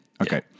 Okay